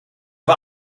war